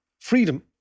freedom